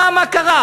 מה, מה קרה?